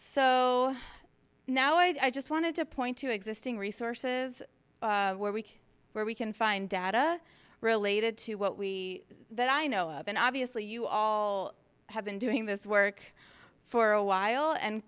so now i just want to point to existing resources where week where we can find data related to what we that i know of and obviously you all have been doing this work for a while and